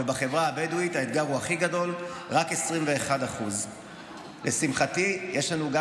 ובחברה הבדואית האתגר הוא הכי גדול: רק 21%. לשמחתי יש לנו גם